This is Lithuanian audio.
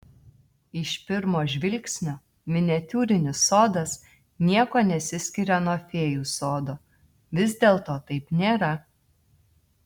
iš pirmo žvilgsnio miniatiūrinis sodas niekuo nesiskiria nuo fėjų sodo vis dėlto taip nėra